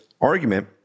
argument